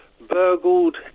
burgled